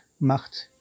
macht